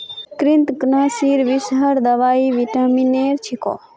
कृन्तकनाशीर विषहर दवाई विटामिनेर छिको